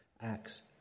Acts